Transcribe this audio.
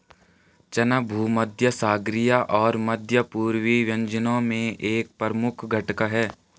चना भूमध्यसागरीय और मध्य पूर्वी व्यंजनों में एक प्रमुख घटक है